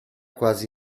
quasi